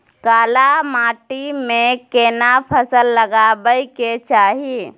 काला माटी में केना फसल लगाबै के चाही?